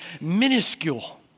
minuscule